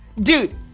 Dude